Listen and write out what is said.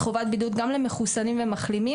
חובת בידוד גם למחוסנים ומחלימים,